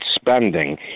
spending